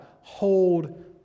hold